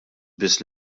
biss